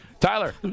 Tyler